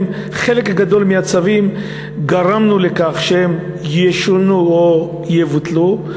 וחלק גדול מהצווים גרמנו לכך שהם ישונו או יבוטלו,